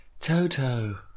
Toto